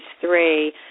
three